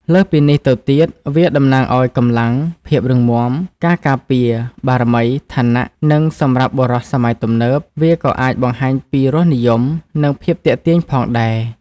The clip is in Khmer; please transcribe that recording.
លើសពីនេះទៅទៀត វាតំណាងឲ្យ កម្លាំង ភាពរឹងមាំ ការការពារ បារមី ឋានៈ និងសម្រាប់បុរសសម័យទំនើប វាក៏អាចបង្ហាញពីរសនិយម និងភាពទាក់ទាញផងដែរ។